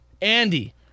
Andy